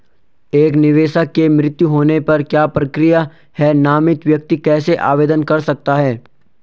एक निवेशक के मृत्यु होने पर क्या प्रक्रिया है नामित व्यक्ति कैसे आवेदन कर सकता है?